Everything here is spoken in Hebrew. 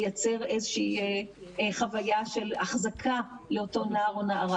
לייצר איזושהי חוויה של החזקה לאותו נער או נערה